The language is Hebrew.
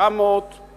מאז